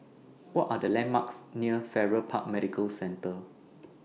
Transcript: What Are The landmarks near Farrer Park Medical Centre